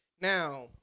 Now